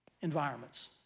environments